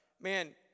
man